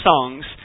songs